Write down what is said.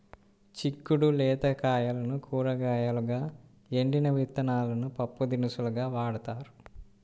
చిక్కుడు లేత కాయలను కూరగాయలుగా, ఎండిన విత్తనాలను పప్పుదినుసులుగా వాడతారు